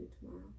tomorrow